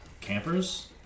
Campers